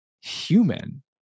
human